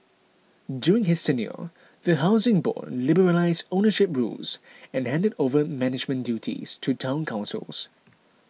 during his tenure the Housing Board liberalised ownership rules and handed over management duties to Town Councils